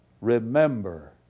remember